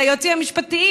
זה היועצים המשפטיים,